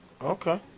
Okay